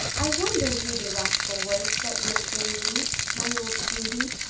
i wonder who the rascal was that broke your knees, my old beauty!